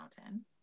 mountain